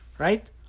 Right